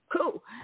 cool